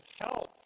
health